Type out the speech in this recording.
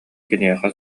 киниэхэ